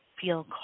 feel